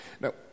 Now